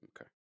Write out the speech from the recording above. Okay